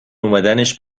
اومدنش